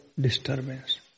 disturbance